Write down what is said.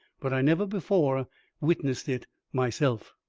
but i never before witnessed it myself.